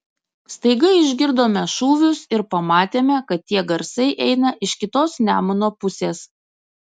staiga išgirdome šūvius ir pamatėme kad tie garsai eina iš kitos nemuno pusės